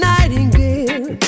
Nightingale